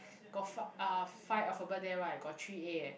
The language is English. got fi~ uh five alphabet there right got three A eh